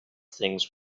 things